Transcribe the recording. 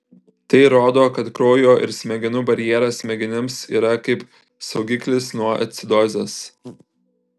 tai rodo kad kraujo ir smegenų barjeras smegenims yra kaip saugiklis nuo acidozės